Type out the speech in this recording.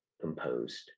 composed